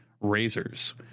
razors